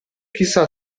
chissà